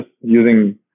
using